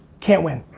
can't win.